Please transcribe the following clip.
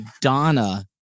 donna